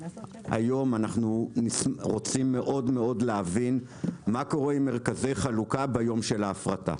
אנחנו רוצים מאוד להבין מה קורה עם מרכזי חלוקה ביום של ההפרטה?